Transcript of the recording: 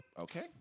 Okay